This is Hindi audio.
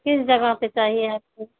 किस जगह पर चाहिए आपको